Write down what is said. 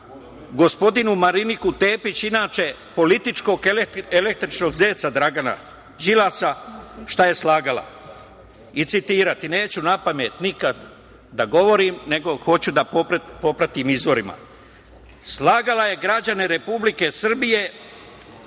gospođu Mariniku Tepić, inače političkog električnog zeca Dragana Đilasa, šta je slagala. Citiraću, neću napamet nikad da govorim, nego hoću da propratim izvorima. Slagala je građane Republike Srbije